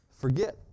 Forget